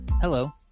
Hello